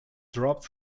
dropped